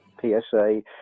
PSA